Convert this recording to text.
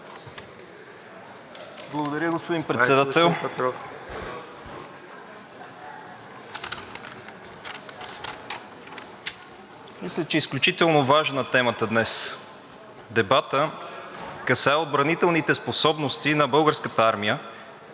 Благодаря, господин Председател. Мисля, че е изключително важна темата днес. Дебатът касае отбранителните способности на Българската армия,